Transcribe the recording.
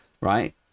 right